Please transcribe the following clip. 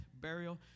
burial